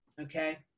okay